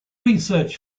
research